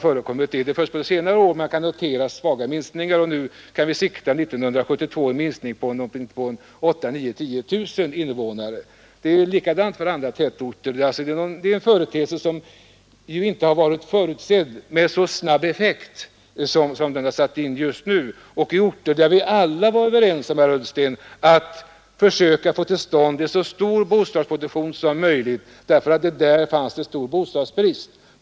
Först under senare år har man kunnat notera svaga minskningar, och under 1972 kan vi sikta en minskning på 8 000-10 000 invånare. Och likadant är det för andra tätorter. Det är en företeelse som inte har varit förutsedd — i varje fall inte med så snabb effekt. Och den har drabbat orter där vi alla varit överens om, herr Ullsten, att försöka få till stånd en så stor bostadsproduktion som möjligt därför att där rådde stor bostadsbrist.